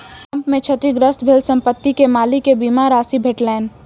भूकंप में क्षतिग्रस्त भेल संपत्ति के मालिक के बीमा राशि भेटलैन